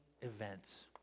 events